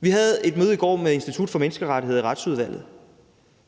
Vi havde et møde i går med Institut for Menneskerettigheder i Retsudvalget.